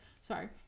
Sorry